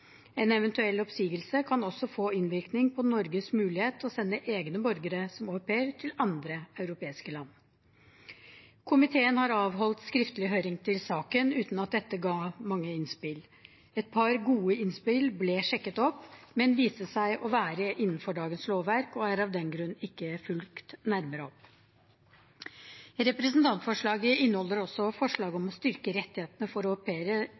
En eventuell oppsigelse kan også få innvirkning på Norges mulighet til å sende egne borgere som au pair til andre europeiske land. Komiteen har avholdt skriftlig høring i saken, uten at dette ga mange innspill. Et par gode innspill ble sjekket opp, men det de gjaldt, viste seg å være innenfor dagens lovverk og er av den grunn ikke fulgt nærmere opp. Representantforslaget inneholder også forslag om å styrke rettighetene for